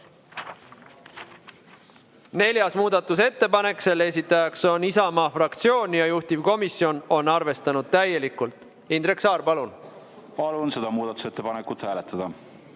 Neljas muudatusettepanek, selle esitaja on Isamaa fraktsioon ja juhtivkomisjon on arvestanud täielikult. Indrek Saar, palun! Palun seda muudatusettepanekut hääletada.